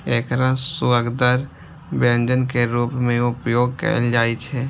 एकरा सुअदगर व्यंजन के रूप मे उपयोग कैल जाइ छै